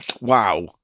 Wow